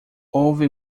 houve